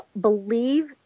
believe